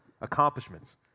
accomplishments